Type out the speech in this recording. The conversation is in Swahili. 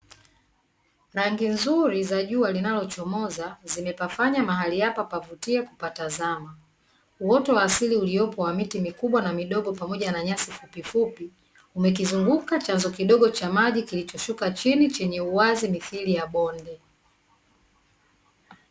Rangi nzuri za jua linalochomoza zimepafanya mahali hapa pavutie kupatazama. Uoto wa asili uliopo wa miti mikubwa na midogo pamoja na nyasi fupifupi umekizunguka chanzo kidogo cha maji kilichoshuka chini chenye uwazi mithili ya bonde.